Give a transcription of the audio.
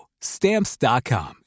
Stamps.com